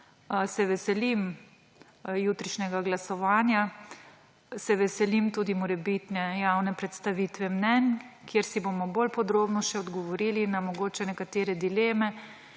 Se veselim jutrišnjega glasovanja. Se veselim tudi morebitne javne predstavitve mnenj, kjer si bomo še bolj podrobno odgovorili na mogoče nekatere dileme,